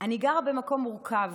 אני גרה במקום מורכב.